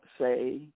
say